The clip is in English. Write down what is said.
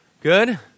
Good